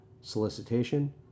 solicitation